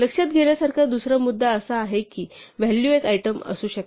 लक्षात घेण्यासारखा दुसरा मुद्दा असा आहे की व्हॅल्यू एक आयटम असू शकते